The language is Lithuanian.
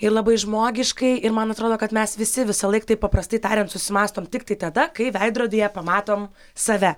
ir labai žmogiškai ir man atrodo kad mes visi visąlaik taip paprastai tariant susimąstom tiktai tada kai veidrodyje pamatom save